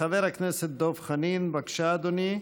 חבר הכנסת דב חנין, בבקשה, אדוני,